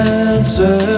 answer